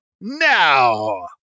Now